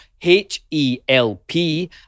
H-E-L-P